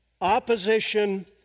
opposition